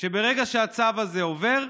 שברגע שהצו הזה עובר,